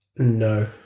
No